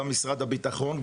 גם משרד הביטחון,